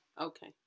Okay